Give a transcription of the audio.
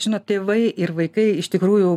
žinot tėvai ir vaikai iš tikrųjų